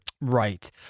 Right